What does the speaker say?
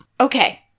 Okay